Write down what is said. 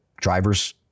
drivers